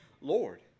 Lord